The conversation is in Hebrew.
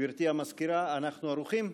גברתי המזכירה, אנחנו ערוכים?